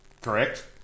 correct